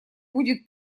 будет